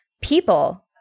people